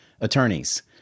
attorneys